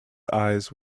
eyes